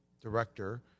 director